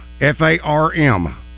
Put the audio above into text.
F-A-R-M